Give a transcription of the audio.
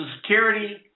Security